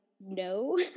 no